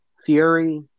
Fury